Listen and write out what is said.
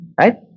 Right